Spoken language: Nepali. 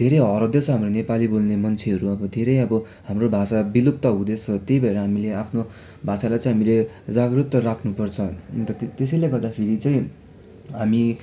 धेरै हराउँदैछ हाम्रो नेपाली बोल्ने मान्छेहरू धेरै अब हाम्रो भाषा विलुप्त हुँदैछ त्यही भएर हामीले आफ्नो भाषालाई चाहिँ हामीले जागृत राख्नु पर्छ अन्त त्यसैले गर्दा फेरि चाहिँ हामी